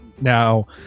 now